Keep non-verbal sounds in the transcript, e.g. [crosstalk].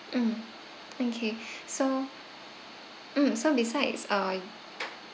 mm okay [breath] so mm so besides uh